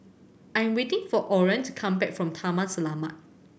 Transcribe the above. I'm waiting for Orren to come back from Taman Selamat